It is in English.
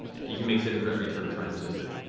you can make a saving throw every turn to try and resist it.